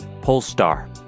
Polestar